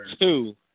two